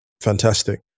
fantastic